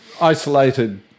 isolated